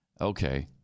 Okay